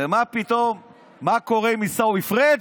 ומה קורה עם עיסאווי פריג'?